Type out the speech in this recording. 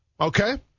okay